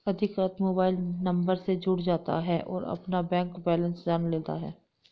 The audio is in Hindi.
अधिकृत मोबाइल नंबर से जुड़ जाता है और अपना बैंक बेलेंस जान लेता है